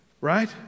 right